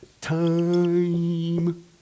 time